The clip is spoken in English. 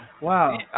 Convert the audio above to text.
Wow